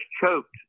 choked